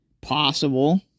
possible